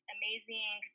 amazing